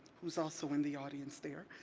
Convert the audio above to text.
who's also in the audience there,